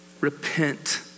Repent